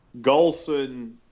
Golson